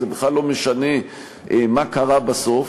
זה בכלל לא משנה מה קרה בסוף,